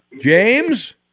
James